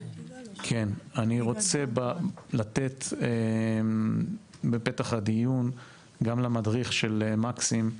בפתח הדיון, אני מבקש לתת גם למדריך של מקסים.